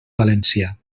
valencià